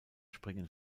springen